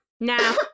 now